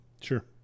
Sure